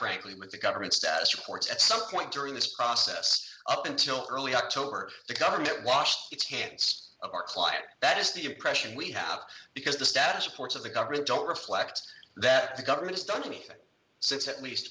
frankly with the government status reports at some point during this process up until early october the government washed its hands of our client that is the impression we have because the status reports of the government don't reflect that the government has done anything since at least